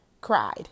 cried